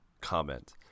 comment